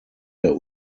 der